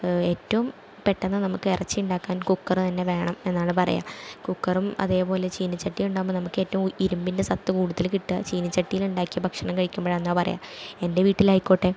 ഏറ്റവും പെട്ടെന്ന് നമുക്ക് ഇറച്ചി ഉണ്ടാക്കാൻ കുക്കറന്നെ വേണം എന്നാണ് പറയാ കുക്കറും അതേപോലെ ചീനച്ചട്ടിയും ഉണ്ടാവുമ്പോൾ നമുക്ക് ഏറ്റവും ഇരുമ്പിൻ്റെ സത്ത് കൂടുതൽ കിട്ടുക ചീനച്ചട്ടിയിലിണ്ടാക്കിയ ഭക്ഷണം കഴിക്കുമ്പോഴാണ് പറയാ എൻ്റെ വീട്ടിലായിക്കോട്ടെ